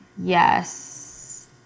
Yes